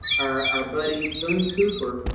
our buddy boone cooper,